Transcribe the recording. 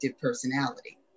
personality